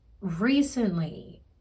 recently